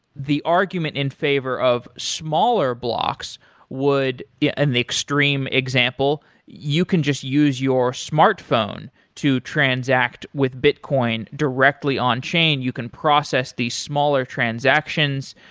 the argument in favor of smaller blocks would yeah and the extreme example, you can just use your smartphone to transact with bitcoin directly on chain. you can process these smaller transactions.